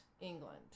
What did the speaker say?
England